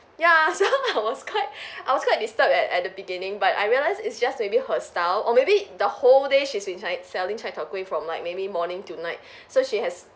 ya so I was quite I was quite disturbed at at the beginning but I realised it's just maybe her style or maybe the whole day she's been sel~ selling chai tow kuay from like maybe morning till night so she has